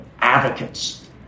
advocates